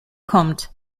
kommt